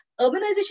Urbanization